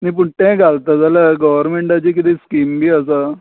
न्ही पूण तें घालतले गोव्हरमेन्टाची कितें स्किम बी आसा